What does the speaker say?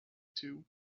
too